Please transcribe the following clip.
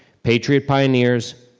patriot pioneers,